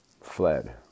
fled